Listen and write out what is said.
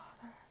Father